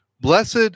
blessed